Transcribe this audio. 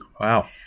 Wow